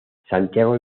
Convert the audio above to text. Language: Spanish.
santiago